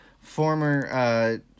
former